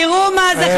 תראו מה זה,